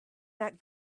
that